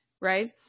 right